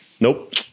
Nope